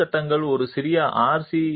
infill சட்டங்கள் ஒரு சிறிய ஆர்